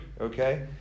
okay